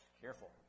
Careful